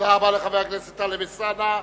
תודה רבה לחבר הכנסת טלב אלסאנע.